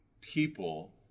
people